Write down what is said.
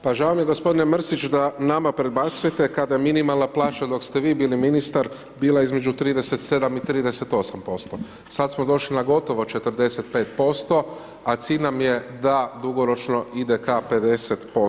Pa žao mi je gospodine Mrsić da nama prebacujete kada minimalna plaća dok ste vi bili ministar bila između 37 i 38%, sad smo došli na gotovo 45% a cilj nam je da dugoročno ide ka 50%